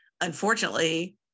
unfortunately